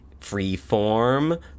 Freeform